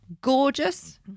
Gorgeous